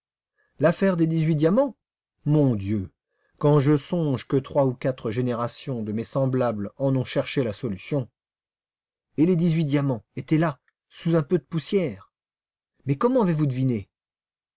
l'affaire des dix-huit diamants mon dieu quand je songe que trois ou quatre générations de mes semblables en ont cherché la solution et les dix-huit diamants étaient là sous un peu de poussière mais comment avez-vous deviné